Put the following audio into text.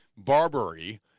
Barbary